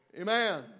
Amen